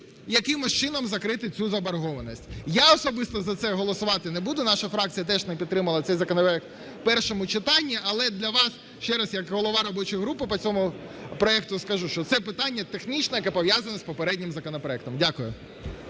якимось чином закрити цю заборгованість. Я особисто за це голосувати не буду, наша фракція теж не підтримала цей законопроект в першому читанні. Але для вас ще раз як голова робочої групи по цьому проекту скажу, що це питання технічне, яке пов'язане з попереднім законопроектом. Дякую.